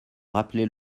rappeler